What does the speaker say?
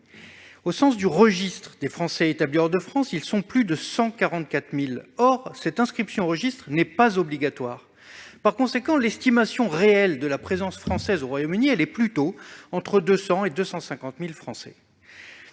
Selon le registre des Français établis hors de France, ils sont plus de 144 000. Toutefois, l'inscription au registre n'étant pas obligatoire, l'estimation réelle de la présence française au Royaume-Uni se situe plutôt entre 200 000 et 250 000 Français.